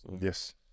yes